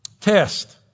test